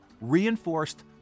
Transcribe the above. reinforced